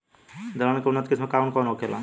दलहन के उन्नत किस्म कौन कौनहोला?